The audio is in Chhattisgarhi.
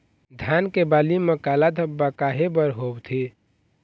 धान के बाली म काला धब्बा काहे बर होवथे?